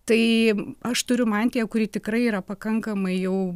tai aš turiu mantiją kuri tikrai yra pakankamai jau